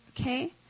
Okay